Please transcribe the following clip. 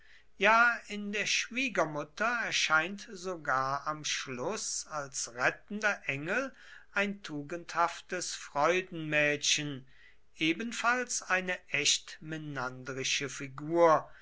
ja in der schwiegermutter erscheint sogar am schluß als rettender engel ein tugendhaftes freudenmädchen ebenfalls eine echt menandrische figur